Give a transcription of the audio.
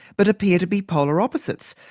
but appear to be polar opposites.